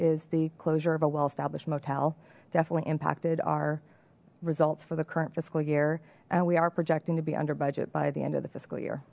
is the closure of a well established motel definitely impacted our results for the current fiscal year and we are projecting to be under budget by the end of the fiscal year